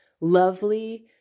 lovely